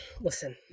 Listen